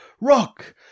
Rock